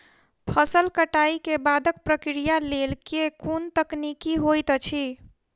फसल कटाई केँ बादक प्रक्रिया लेल केँ कुन तकनीकी होइत अछि?